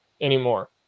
anymore